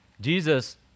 Jesus